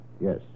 Yes